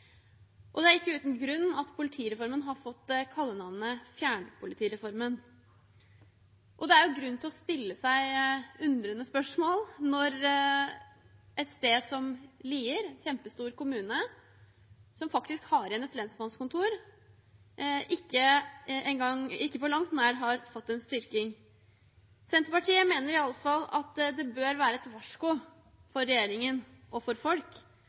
og det er ikke uten grunn at politireformen har fått kallenavnet fjernpolitireformen. Det er grunn til å stille seg undrende spørsmål når et sted som Lier, en kjempestor kommune som faktisk har igjen et lensmannskontor, ikke på langt nær har fått en styrking. Senterpartiet mener iallfall at det bør være et varsko for regjeringen og for folk